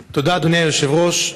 תודה, אדוני היושב-ראש.